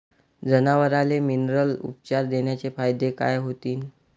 जनावराले मिनरल उपचार देण्याचे फायदे काय होतीन?